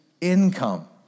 income